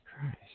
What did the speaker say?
Christ